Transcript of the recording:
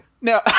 No